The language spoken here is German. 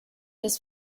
des